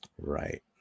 right